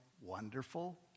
wonderful